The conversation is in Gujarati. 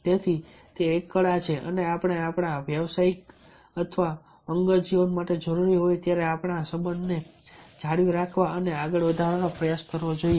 તેથી તે એક કળા છે અને આપણે આપણા વ્યવસાયિક અથવા અંગત જીવન માટે જરૂરી હોય ત્યારે આપણા સંબંધોને જાળવી રાખવા અને આગળ વધારવાનો પ્રયાસ કરવો જોઈએ